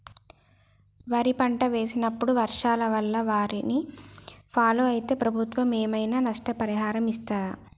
వరి పంట వేసినప్పుడు వర్షాల వల్ల వారిని ఫాలో అయితే ప్రభుత్వం ఏమైనా నష్టపరిహారం ఇస్తదా?